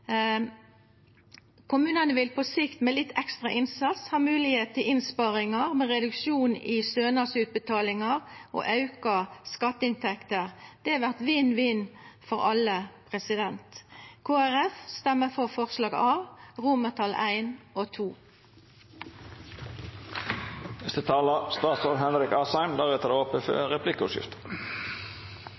med litt ekstra innsats ha moglegheit til innsparingar, med reduksjon i stønadsutbetalingar og auka skatteinntekter. Det vert vinn-vinn for alle. Kristeleg Folkeparti vil stemma for forslag A, romartal I og II. For vellykket integrering er det viktig at de som skal bo i Norge, lærer seg norsk. Språk er avgjørende for